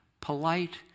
polite